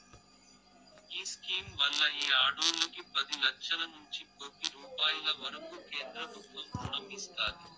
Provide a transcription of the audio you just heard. ఈ స్కీమ్ వల్ల ఈ ఆడోల్లకి పది లచ్చలనుంచి కోపి రూపాయిల వరకూ కేంద్రబుత్వం రుణం ఇస్తాది